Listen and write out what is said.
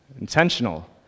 Intentional